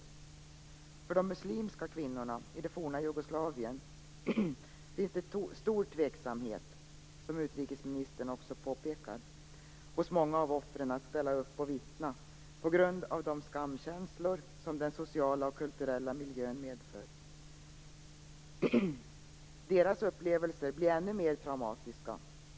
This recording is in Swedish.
Vad gäller de muslimska kvinnorna i det forna Jugoslavien finns det, som utrikesministern också påpekar, bland många av offren stor tveksamhet mot att ställa upp och vittna, på grund av de skamkänslor som den sociala och kulturella miljön medför. Deras upplevelser blir därigenom ännu mera traumatiska.